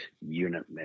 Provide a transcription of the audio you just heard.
unit